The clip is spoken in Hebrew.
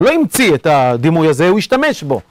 לא המציא את הדימוי הזה, הוא השתמש בו.